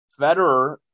Federer